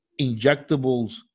injectables